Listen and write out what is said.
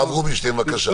הרב רובינשטיין, בבקשה.